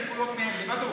70,000 קולות מהם, לבדו.